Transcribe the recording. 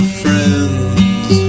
friends